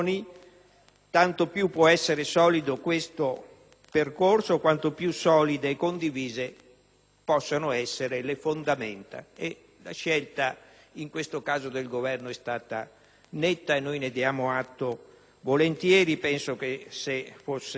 tanto più può essere solido questo percorso quanto più solide e condivise sono le sue fondamenta. In questo caso la scelta del Governo è stata netta e noi ne diamo atto volentieri. Penso che se questa